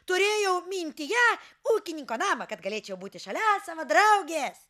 turėjau mintyje ūkininko namą kad galėčiau būti šalia savo draugės